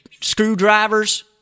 screwdrivers